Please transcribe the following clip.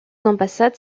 ambassades